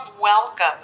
welcome